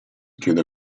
chiude